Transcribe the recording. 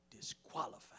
disqualified